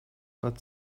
but